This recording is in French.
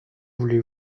voulez